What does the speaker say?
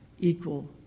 equal